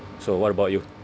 so what about you